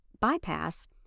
bypass